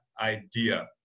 idea